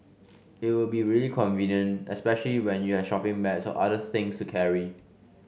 it would be really convenient especially when you have shopping bags or other things to carry